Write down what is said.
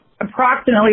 approximately